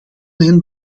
hen